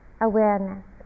awareness